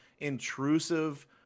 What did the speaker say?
intrusive